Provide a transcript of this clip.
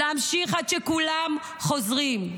להמשיך עד שכולם חוזרים.